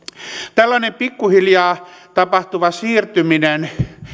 tällainen pikkuhiljaa tapahtuva siirtyminen